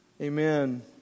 Amen